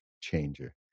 changer